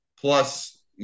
plus